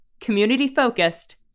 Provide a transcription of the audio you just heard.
Community-focused